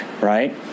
right